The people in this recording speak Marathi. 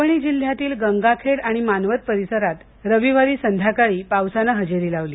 परभणी जिल्ह्यातील गंगाखेड आणि मानवत परिसरात रविवारी सायंकाळी पावसाने हजेरी लावली